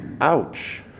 Ouch